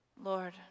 Lord